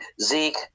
Zeke